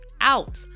out